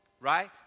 right